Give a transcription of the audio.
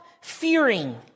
fearing